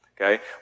okay